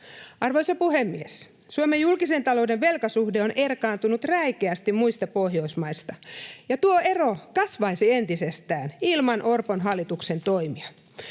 Arvoisa puhemies! Suomen julkisen talouden velkasuhde on erkaantunut räikeästi muista Pohjoismaista, ja tuo ero kasvaisi entisestään ilman Orpon hallituksen toimia.